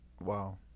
Wow